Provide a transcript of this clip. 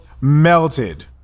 melted